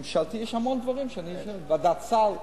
ממשלתי, יש המון דברים, ועדת סל,